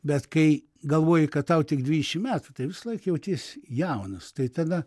bet kai galvoji kad tau tik dvidešimt metų tai visąlaik jautiesi jaunas tai tada